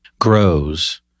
grows